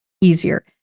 easier